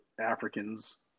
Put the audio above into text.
Africans